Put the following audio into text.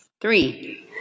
Three